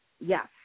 Yes